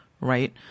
right